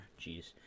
Jeez